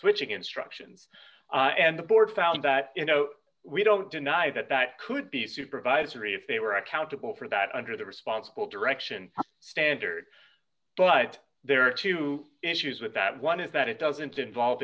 switching instructions and the board found that you know we don't deny that that could be supervisory if they were accountable for that under the responsible direction standard but there are two issues with that one is that it doesn't involve